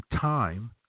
time